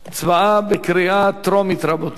הצבעה בקריאה טרומית, רבותי.